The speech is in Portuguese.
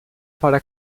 para